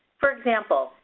for example,